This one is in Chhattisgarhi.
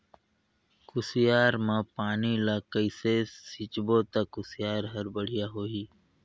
कुसियार मा पानी ला कइसे सिंचबो ता कुसियार हर बेडिया होही?